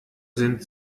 sind